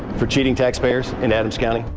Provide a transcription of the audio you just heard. for cheating taxpayers in adams county?